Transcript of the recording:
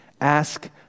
ask